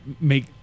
make